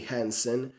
Hansen